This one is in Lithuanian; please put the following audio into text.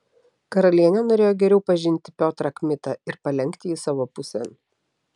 karalienė norėjo geriau pažinti piotrą kmitą ir palenkti jį savo pusėn